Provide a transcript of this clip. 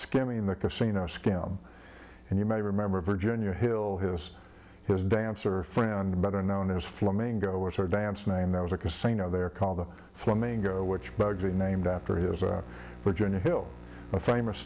skimming the casino scam and you may remember virginia hill has his dancer friend better known as flamingo was her dance name there was a casino there called the flamingo which bugs me named after his a virginia hill a famous